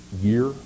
year